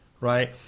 right